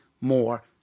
more